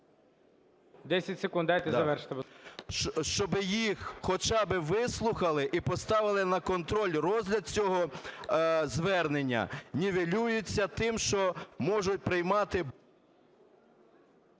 10 секунд дайте завершити.